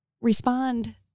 respond